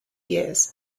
years